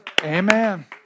Amen